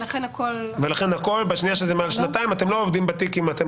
ולכן הכל --- בשנייה שזה מעל שנתיים אתם לא כותבים בתיק אם אתם